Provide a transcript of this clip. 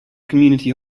community